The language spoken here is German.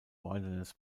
wilderness